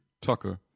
Tucker